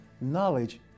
knowledge